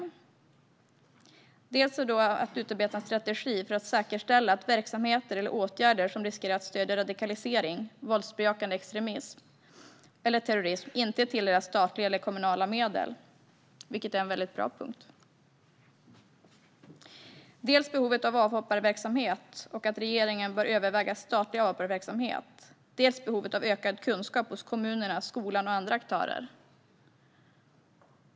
Det första tillkännagivandet handlar om att utarbeta en strategi för att säkerställa att verksamheter eller åtgärder som riskerar att stödja radikalisering, våldsbejakande extremism eller terrorism inte tilldelas statliga eller kommunala medel. Detta är en mycket bra punkt. Det andra tillkännagivandet handlar dels om behovet av avhopparverksamhet och om att regeringen bör överväga statlig avhopparverksamhet, dels om behovet av ökad kunskap hos kommuner, skolor och andra aktörer.